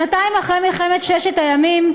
שנתיים אחרי מלחמת ששת הימים,